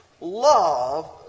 love